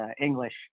English